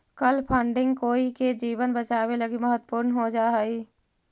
कल फंडिंग कोई के जीवन बचावे लगी महत्वपूर्ण हो जा हई